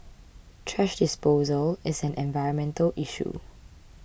thrash disposal is an environmental issue